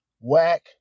Whack